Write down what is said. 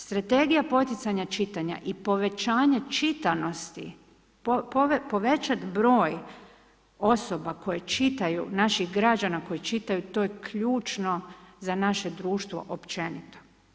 Strategija poticanja čitanja i povećanja čitanosti povećat broj osoba koje čitaju, naših građana koja čitaju to je ključno za naše društvo općenito.